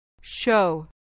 Show